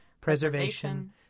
preservation